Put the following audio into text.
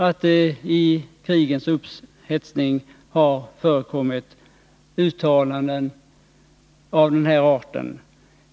Det har varit krigstillstånd ända sedan 1947, till och från.